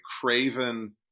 craven